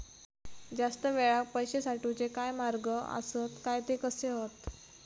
जास्त वेळाक पैशे साठवूचे काय मार्ग आसत काय ते कसे हत?